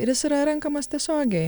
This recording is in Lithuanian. ir jis yra renkamas tiesiogiai